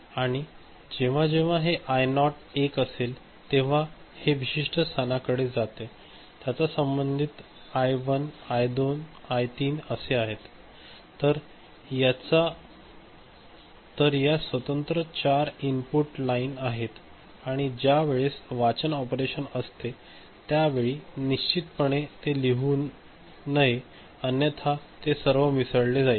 आणि जेव्हा जेव्हा हे आय नॉट 1 असेल तेव्हा हे विशिष्ट स्थानाकडे जात त्याचे संबंधित स्थान I1 I2 आणि I3 असे असते तर या स्वतंत्र 4 इनपुट लाइन आहेत आणि ज्या वेळेस वाचन ऑपरेशन असते त्याच वेळी निश्चितपणे तेथे लिहू नये अन्यथा तेथे सर्व मिसळले जाईल